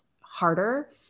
harder